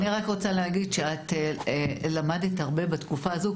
אני רק רוצה להגיד שאת למדת הרבה בתקופה הזו,